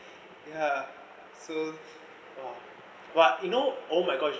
ya so what you know oh my gosh